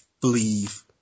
believe